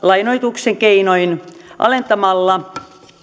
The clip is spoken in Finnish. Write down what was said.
lainoituksen keinoin alentamalla